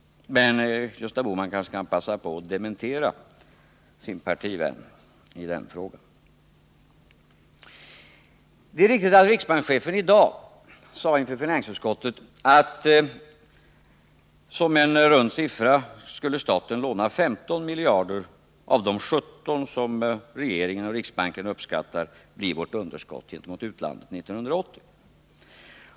men Gösta Bohman kanske kan passa på att dementera sin partivän i den frågan. Det är riktigt att riksbankschefen i dag inför finansutskottet sade att staten i runt tal skulle låna 15 av de 17 miljarder som regeringen och riksbanken att minska utlandsupplåningen att minska utlandsupplåningen uppskattar blir vårt underskott gentemot utlandet 1980.